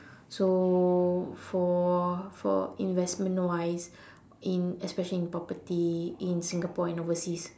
so for for investment wise in especially in property in Singapore and overseas